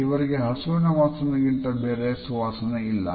ಇವರಿಗೆ ಹಸುವಿನ ವಾಸನೆಗಿಂತ ಬೇರೆ ಸುವಾಸನೆ ಇಲ್ಲ